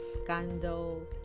scandal